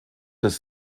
des